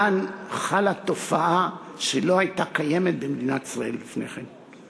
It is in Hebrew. כאן חלה תופעה שלא הייתה קיימת במדינת ישראל לפני כן.